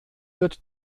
wird